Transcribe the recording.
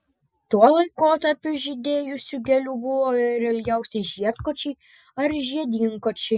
tuo laikotarpiu žydėjusių gėlių buvo ir ilgiausi žiedkočiai ar žiedynkočiai